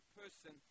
person